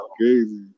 crazy